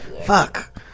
Fuck